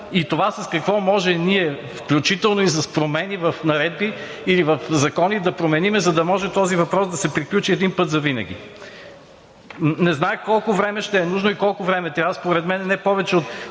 и това какво можем ние, включително и с промени в наредби или в закони, да променим, за да може този въпрос да се приключи един път завинаги. Не зная колко време ще е нужно и колко време трябва – според мен не повече от